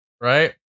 Right